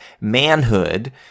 manhood